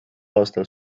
aastal